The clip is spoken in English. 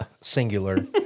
singular